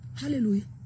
Hallelujah